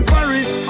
Paris